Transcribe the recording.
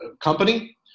company